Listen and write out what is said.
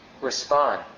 respond